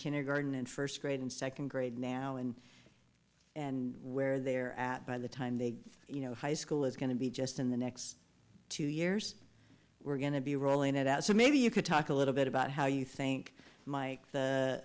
kindergarten and first grade and second grade now and and where they're at by the time they are you know high school is going to be just in the next two years we're going to be rolling it out so maybe you could talk a little bit about how you think